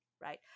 right